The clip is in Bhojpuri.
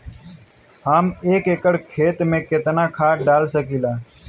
हम एक एकड़ खेत में केतना खाद डाल सकिला?